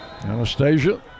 Anastasia